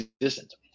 existence